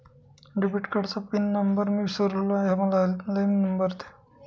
debit कार्डचा pin number मी विसरलो आहे मला हेल्पलाइन नंबर द्या